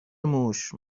موش